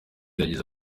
yagize